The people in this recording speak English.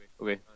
okay